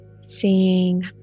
seeing